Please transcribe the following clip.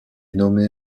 nommé